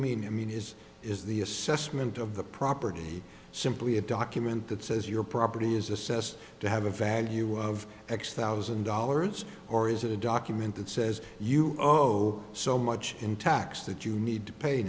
mean i mean is is the assessment of the property simply a document that says your property is assessed to have a value of x thousand dollars or is it a document that says you know so much in tax that you need to pay